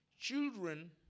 children